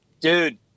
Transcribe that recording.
dude